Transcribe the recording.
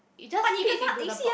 it just fit into the box